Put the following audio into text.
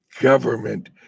government